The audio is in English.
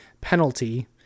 penalty